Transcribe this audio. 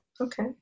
Okay